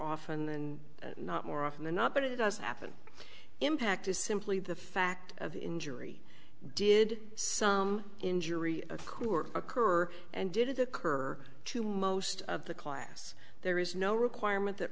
often than not more often than not but it does happen impact is simply the fact of injury did some injury a coup or occur and did it occur to most of the class there is no requirement that